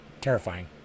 Terrifying